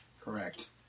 Correct